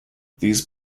these